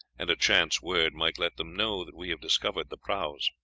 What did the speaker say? and a chance word might let them know that we have discovered the prahus.